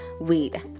Weed